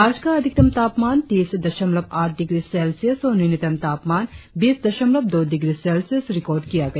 आज का अधिकतम तापमान तीस दशमलव आठ डिग्री सेल्सियस और न्यूनतम तापमान बीस दशमलव दो डिग्री सेल्सियस रिकार्ड किया गया